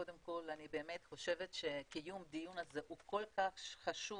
קודם כל אני באמת חושבת שקיום הדיון הזה כל כך חשוב